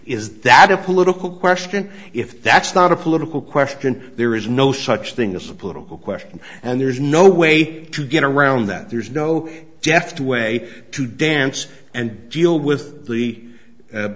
is that a political question if that's not a political question there is no such thing as a political question and there's no way to get around that there's no deft way to dance and deal with the